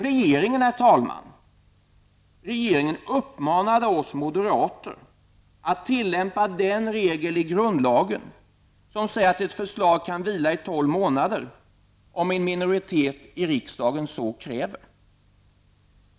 Regeringen, herr talman, uppmanade oss moderater att tillämpa den regel i grundlagen som säger att ett förslag kan vila i 12 månader, om en minoritet i riksdagen så kräver.